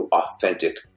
authentic